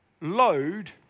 load